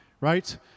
right